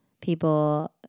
people